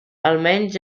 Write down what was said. almenys